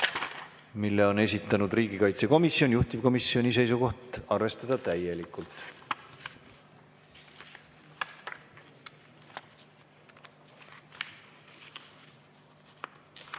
mille on esitanud riigikaitsekomisjon, juhtivkomisjoni seisukoht: arvestada täielikult.